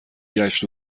گشت